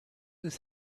his